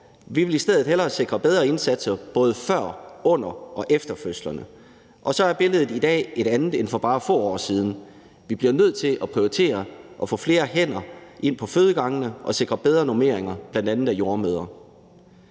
Vi vil i stedet hellere sikre bedre indsatser både før, under og efter fødslerne. Billedet i dag er et andet end for bare få år siden. Vi bliver nødt til at prioritere at få flere hænder ind på fødegangene og sikre bedre normeringer bl.a. af jordemødre.